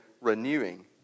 renewing